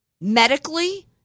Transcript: medically